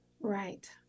Right